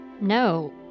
No